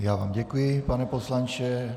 Já vám děkuji, pane poslanče.